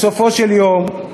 בסופו של דבר,